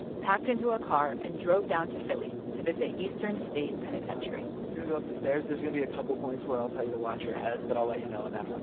packed into a car and drove down to philly to visit eastern state penitentiary we're going to go up the stairs. there's going to be a couple points where i'll tell you to watch your head, but i'll let you know when that um